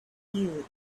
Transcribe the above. you